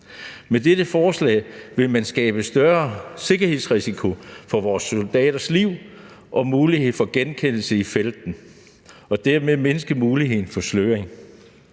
Med dette forslag vil man skabe en øget sikkerhedsrisiko for vores soldaters liv på grund af muligheden for genkendelighed i felten og en mindre mulighed for sløring.